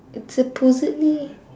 it's supposedly